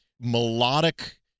melodic